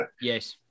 Yes